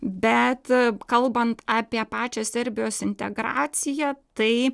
bet kalbant apie pačią serbijos integraciją tai